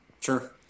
Sure